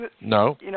No